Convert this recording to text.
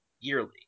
yearly